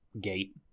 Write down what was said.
gate